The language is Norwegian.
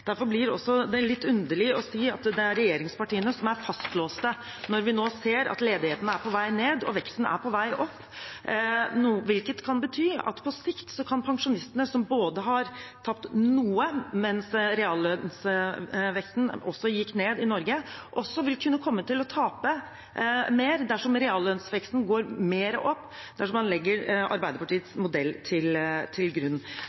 Derfor blir det også litt underlig å si at det er regjeringspartiene som er fastlåst, når vi nå ser at ledigheten er på vei ned og veksten på vei opp, hvilket kan bety at på sikt kan pensjonistene, som har tapt noe mens reallønnsveksten gikk ned i Norge, komme til å tape mer dersom reallønnsveksten går mer opp, dersom man legger Arbeiderpartiets modell til grunn.